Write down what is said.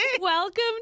welcome